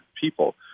people